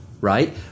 Right